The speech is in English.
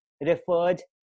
referred